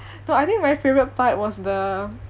no I think my favourite part was the